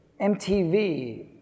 MTV